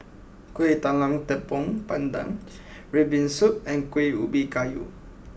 Kueh Talam Tepong Pandan Red Bean Soup and Kuih Ubi Kayu